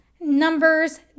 numbers